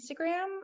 Instagram